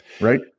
Right